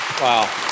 Wow